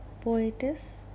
poetess